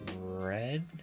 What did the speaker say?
red